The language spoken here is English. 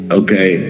okay